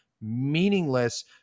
meaningless